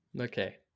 Okay